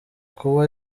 kuba